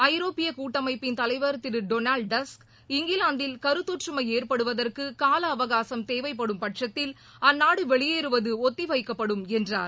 ஐரோப்பியகூட்டமைப்பின் தலைவர் திருடொனால்டு டஸ்க் இங்கிலாந்தில் கருத்தொற்றுமைஏற்படுவதற்குகாலஅவகாசம் தேவைப்படும் பட்சத்தில் அந்நாடுவெளியேறுவதுஒத்திவைக்கப்படும் என்றார்